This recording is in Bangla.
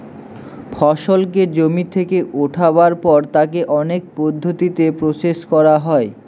ফসলকে জমি থেকে উঠাবার পর তাকে অনেক পদ্ধতিতে প্রসেস করা হয়